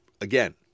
again